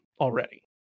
already